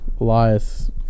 Elias